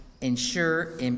ensure